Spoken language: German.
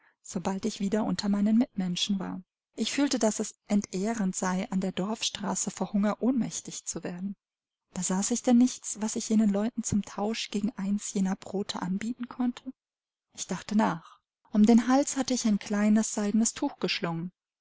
sobald ich wieder unter meinen mitmenschen war ich fühlte daß es entehrend sei an der dorfstraße vor hunger ohnmächtig zu werden besaß ich denn nichts was ich jenen leuten zum tausch gegen eins jener brote anbieten konnte ich dachte nach um den hals hatte ich ein kleines seidenes tuch geschlungen